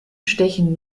stechen